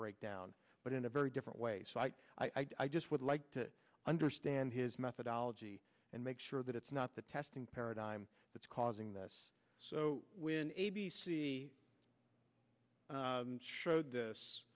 break down but in a very different way so i just would like to understand his methodology and make sure that it's not the testing paradigm that's causing this so when a b c showed